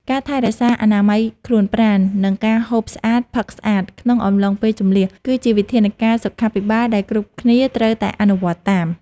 ការថែរក្សាអនាម័យខ្លួនប្រាណ និងការហូបស្អាតផឹកស្អាតក្នុងអំឡុងពេលជម្លៀស គឺជាវិធានការសុខាភិបាលដែលគ្រប់គ្នាត្រូវតែអនុវត្តតាម។